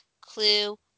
Clue